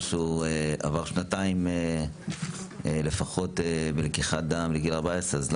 שהוא עבר שנתיים לפחות בלקיחת דם לגיל 14 ומעלה